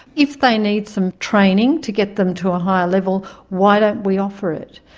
if they need some training to get them to a higher level, why don't we offer it?